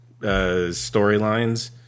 storylines